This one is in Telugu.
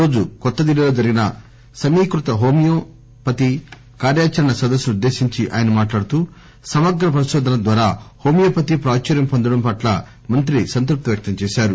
ఈరోజు న్యూఢిల్లీలో జరిగిన సమీకృత హోమియోపతి కార్యాచరణ సదస్సును ఉద్దేశించి ఆయన మాట్లాడుతూ సమగ్ర పరిశోధనల ద్వారా హోమియోపతి ప్రాచుర్యం పొందడం పట్ల మంత్రి సంతృప్తి వ్యక్తం చేశారు